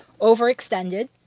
overextended